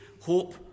hope